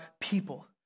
people